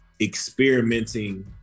experimenting